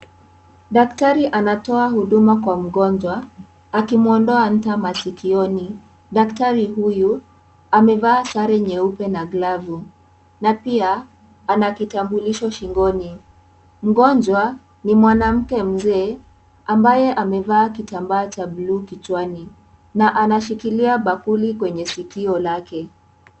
Daktari anatoa huduma kwa mgonjwa akimwondoa nta masikioni daktari huyu amevaa sare nyeupe na glafu na pia ana kitambulisho shingoni ,mgonjwa ni mwanamke mzee ambaye amevaa kitambaa cha buluu kichwani na anashikilia bakuli kwenye sikio lake.